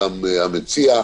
גם המציע,